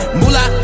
mula